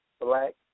black